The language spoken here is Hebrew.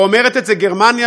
ואומרת את זה גרמניה,